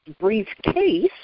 briefcase